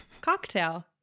cocktail